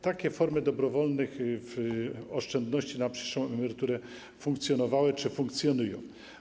Takie formy dobrowolnych oszczędności na przyszłą emeryturę funkcjonowały czy funkcjonują.